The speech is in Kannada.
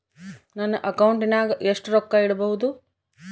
ನನ್ನ ಅಕೌಂಟಿನಾಗ ಎಷ್ಟು ರೊಕ್ಕ ಇಡಬಹುದು?